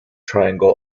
triangle